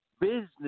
Business